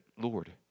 Lord